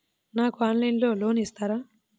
నాకు ఆన్లైన్లో లోన్ ఇస్తారా?